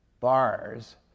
bars